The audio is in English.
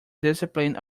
discipline